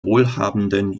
wohlhabenden